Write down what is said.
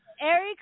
Eric